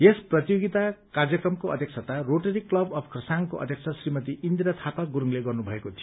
यस प्रतियोगिता कार्यक्रमको अध्यक्षता रोटरी क्लब अफ खरसाङकी अध्यक्ष श्रीमती इन्दिरा थापा गुरुङले गर्नुभएको थियो